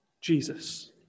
Jesus